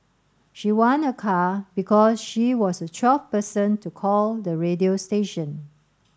she won a car because she was the twelfth person to call the radio station